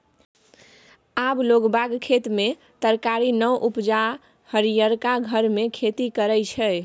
आब लोग बाग खेत मे तरकारी नै उपजा हरियरका घर मे खेती करय छै